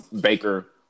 Baker